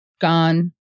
gone